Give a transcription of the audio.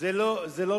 זה ראש הממשלה.